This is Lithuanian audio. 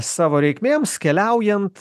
savo reikmėms keliaujant